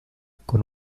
con